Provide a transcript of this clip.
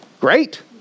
Great